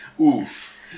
Oof